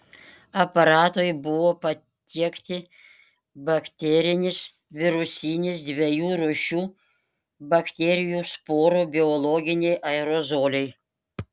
aparatui buvo patiekti bakterinis virusinis dviejų rūšių bakterijų sporų biologiniai aerozoliai